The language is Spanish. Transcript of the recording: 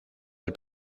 del